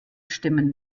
stimmen